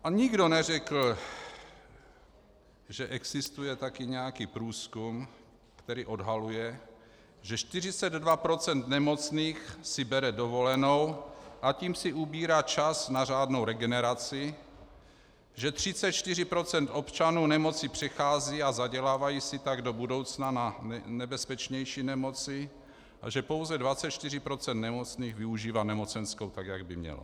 A nikdo neřekl, že existuje taky nějaký průzkum, který odhaluje, že 42 % nemocných si bere dovolenou, a tím si ubírá čas na řádnou regeneraci, že 34 % občanů nemoci přechází a zadělávají si tak do budoucna na nebezpečnější nemoci a že pouze 24 % nemocných využívá nemocenskou tak, jak by mělo.